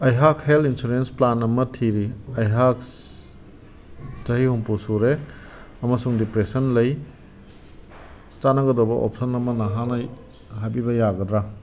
ꯑꯩꯍꯥꯛ health insurance plan ꯑꯃ ꯊꯤꯔꯤ ꯑꯩꯍꯥꯛ ꯆꯍꯤ ꯍꯨꯝꯐꯨ ꯁꯨꯔꯦ ꯑꯃꯁꯨꯡ ꯗꯤꯄ꯭ꯔꯦꯁꯟ ꯂꯩ ꯆꯥꯟꯅꯒꯗꯕ ꯑꯣꯞꯁꯟ ꯑꯃ ꯅꯍꯥꯛꯅ ꯍꯥꯏꯕꯤꯕ ꯌꯥꯒꯗ꯭ꯔ